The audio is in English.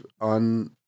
on